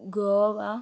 Goa